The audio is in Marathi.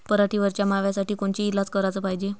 पराटीवरच्या माव्यासाठी कोनचे इलाज कराच पायजे?